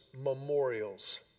memorials